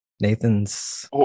nathan's